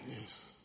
Yes